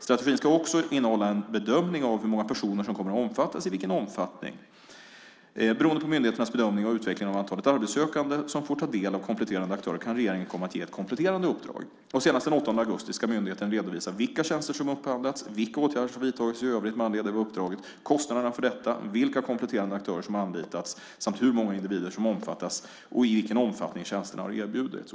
Strategin ska också innehålla en bedömning av hur många personer som kommer att omfattas och i vilken omfattning. Beroende på myndigheternas bedömning och utvecklingen av antalet arbetssökande som får ta del av kompletterande aktörer kan regeringen komma att ge ett kompletterande uppdrag. Senast den 8 augusti ska myndigheten redovisa vilka tjänster som har upphandlats, vilka åtgärder som har vidtagits i övrigt med anledning av uppdraget, kostnaderna för detta, vilka kompletterande aktörer som har anlitats samt hur många individer som omfattas och i vilken omfattning tjänsterna har erbjudits.